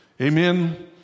Amen